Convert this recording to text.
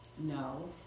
No